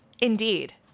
Indeed